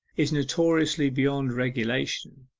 is notoriously beyond regulation,